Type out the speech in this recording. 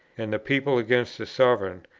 and the people against the sovereign,